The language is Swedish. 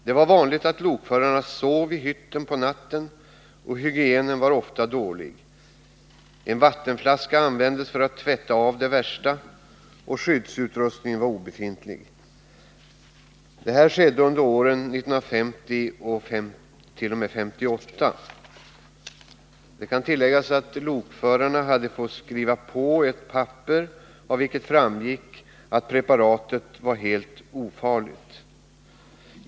Det var vanligt att lokförarna sov i hytten på natten, och hygienen var ofta dålig — en vattenflaska användes för att tvätta av det värsta. Skyddsutrustningen var obefintlig. Det här skedde under åren 1950-1958. Det kan tilläggas att lokförarna hade fått skriva på ett papper, av vilket framgick att preparatet var helt ofarligt.